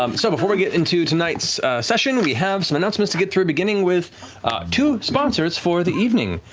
um so before we get into tonight's session, we have some announcements to get through, beginning with two sponsors for the evening.